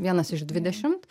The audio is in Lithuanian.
vienas iš dvidešimt